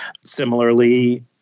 Similarly